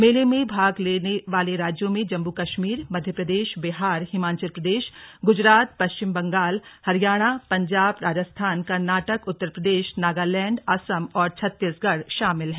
मेले में भाग लेने वाले राज्यों में जम्मू कश्मीर मध्य प्रदेश बिहार हिमांचल प्रदेश गुजरात पश्चिम बंगाल हरियाणा पंजाब राजस्थान कर्नाटक उत्तर प्रदेश नागालैण्ड असम और छत्तीसगढ शामिल हैं